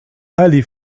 aller